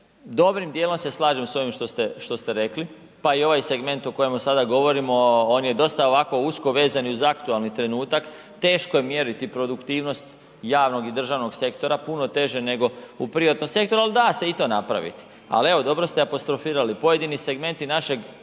dobrim djelom se slažem s ovim što ste, što ste rekli, pa i ovaj segment o kojemu sada govorimo, on je dosta ovako usko vezan i uz aktualni trenutak teško je mjeriti produktivnost javnog i državnog sektora, puno teže nego u privatnom sektoru ali da se i to napraviti. Ali evo dobro ste apostrofirali, pojedini segmenti našeg